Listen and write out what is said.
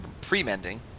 pre-mending